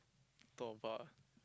talk about